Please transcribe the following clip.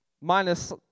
minus